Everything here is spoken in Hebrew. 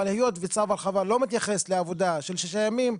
אבל היות וצו הרחבה לא מתייחס לעבודה של שישה ימים,